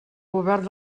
govern